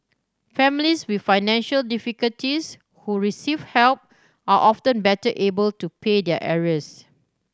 families with financial difficulties who receive help are often better able to pay their arrears